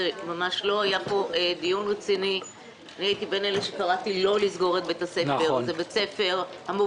חינוך, אנשי הוראה שמגיעים כל יום לבית ספר כי לא